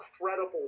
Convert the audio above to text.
incredible